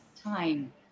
time